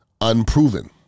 unproven